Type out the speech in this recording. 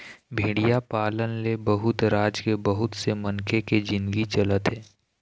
भेड़िया पालन ले बहुत राज के बहुत से मनखे के जिनगी चलत हे